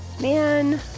Man